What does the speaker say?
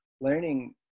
learning